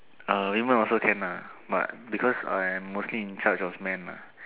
uh women also can lah but because I am working in charge of men lah